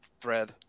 thread